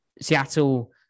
seattle